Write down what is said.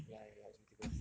ya ya ya it's ridiculous